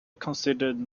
considered